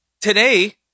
today